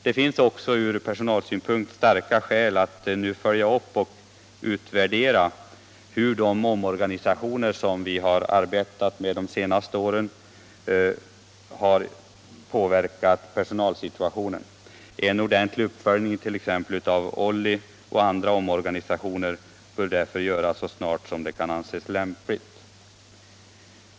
Det finns också ur personalsynpunkt starka skäl att följa upp och utvärdera hur de omorganisationer som förekommit under de senaste åren har påverkat personalsituationen. En ordentlig uppföljning av t.ex. OLLI och andra omorganisationer bör därför göras så snart som det kan anses lämpligt.